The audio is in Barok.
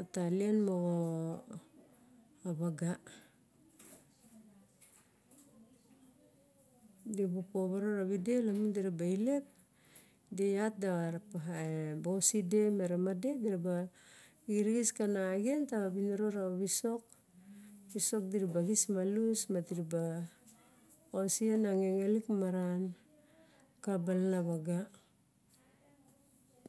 A talien moxo a vaga, di pu povoro ravik lamun dira ba ilep evos si de me rama de dira ba xirixis kana xien tava viniro rava visok, visok dira xuis malus ma dira ba osien a ngengelik maran ka balan na vaga